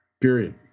Period